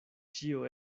ĉio